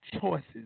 choices